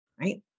right